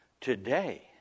Today